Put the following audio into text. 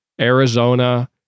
Arizona